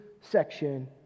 section